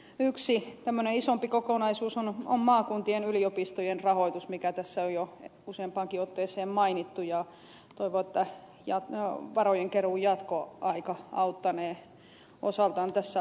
yksi tämmöinen isompi kokonaisuus on maakuntien yliopistojen rahoitus mikä tässä on jo useampaankin otteeseen mainittu ja toivon että varojenkeruun jatkoaika auttanee osaltaan tässä asiassa